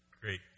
Great